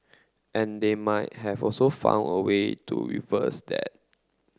and they might have also found a way to reverse that